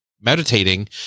meditating